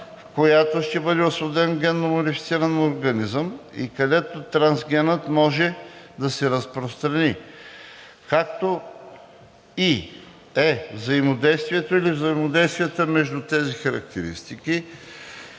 в които ще бъде освободен генномодифициран организъм и където трансгенът може да се разпространи, както и е) взаимодействието/взаимодействията между тези характеристики.